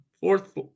Fourth